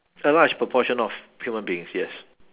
a large proportion of human beings yes